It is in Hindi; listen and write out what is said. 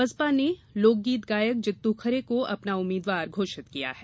बसपा ने लोकगीत गायक जित्तू खरे को अपना उम्मीदवार घोषित किया है